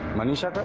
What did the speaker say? manisha